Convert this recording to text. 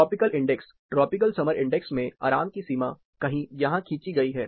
tropical index tropical summer index में आराम की सीमा कहीं यहां खींची गई है